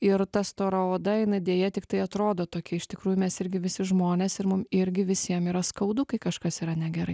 ir ta stora oda jinai deja tiktai atrodo tokia iš tikrųjų mes irgi visi žmonės ir mum irgi visiem yra skaudu kai kažkas yra negerai